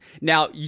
Now